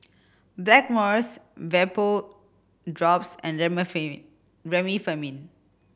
Blackmores Vapodrops and Remifemin